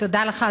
תודה לך,